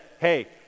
hey